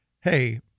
hey